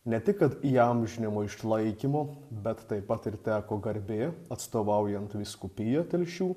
ne tik kad įamžinimo išlaikymo bet taip pat ir teko garbė atstovaujant vyskupiją telšių